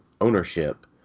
ownership